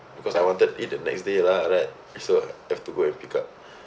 because I wanted it the next day lah right so I have to go and pick up